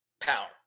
Power